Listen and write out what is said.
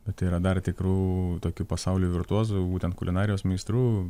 bet yra dar tikrų tokių pasaulio virtuozų būtent kulinarijos meistrų